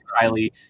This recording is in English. Kylie